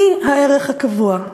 היא הערך הקבוע,